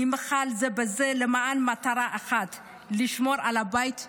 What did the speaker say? נמהל זה בזה למען מטרה אחת, לשמור על הבית שלנו.